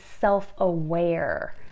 self-aware